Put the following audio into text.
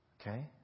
Okay